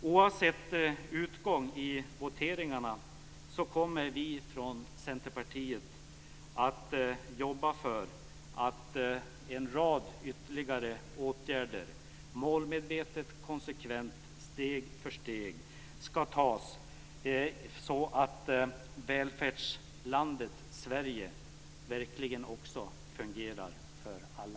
Oavsett utgång i voteringarna kommer vi från Centerpartiet att jobba för att en rad ytterligare åtgärder målmedvetet, konsekvent och steg för steg ska tas så att välfärdslandet Sverige verkligen också fungerar för alla.